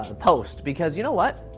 ah post, because you know what,